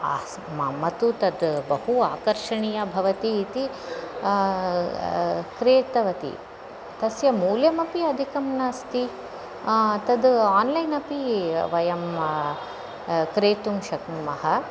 अस् मम तु तत् बहु आकर्षणीयः भवति इति क्रेतवती तस्य मूल्यमपि अधिकं नास्ति तद् ओन् लैन् अपि वयं क्रेतुं शक्नुमः